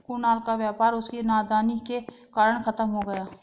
कुणाल का व्यापार उसकी नादानी के कारण खत्म हो गया